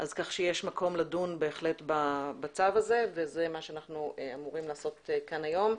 יש בהחלט מקום לדון בצו הזה וזה מה שאנחנו אמורים לעשות כאן היום.